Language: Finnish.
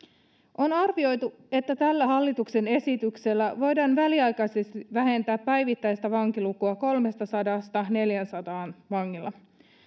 on arvioitu että tällä hallituksen esityksellä voidaan väliaikaisesti vähentää päivittäistä vankilukua kolmellasadalla viiva neljälläsadalla vangilla